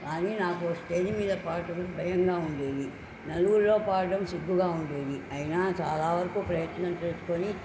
కానీ నాకు స్టేజి మీద పాడేటప్పురిలో పాడడం సిగ్గుగా ఉండేది అయినా చాలా వరకు ప్రయత్నం చేసుకొని